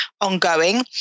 ongoing